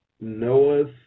Noah's